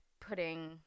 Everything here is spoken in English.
putting